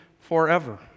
forever